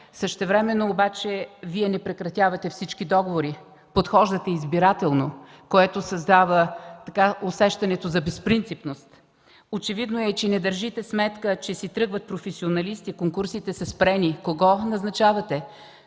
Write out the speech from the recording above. Същевременно обаче Вие не прекратявате всички договори, подхождате избирателно, което създава усещането за безпринципност. Очевидно е, че не държите сметка, че си тръгват професионалисти. Конкурсите са спрени. Кого назначавате?